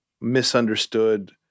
misunderstood